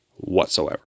Whatsoever